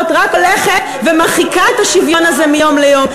רק הולכת ומרחיקה את השוויון הזה מיום ליום.